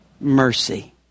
mercy